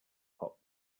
hot